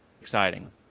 exciting